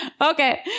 Okay